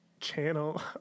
channel